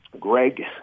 Greg